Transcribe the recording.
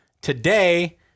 Today